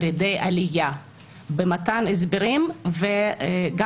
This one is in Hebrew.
בירידי עלייה ובמתן הסברים וגם,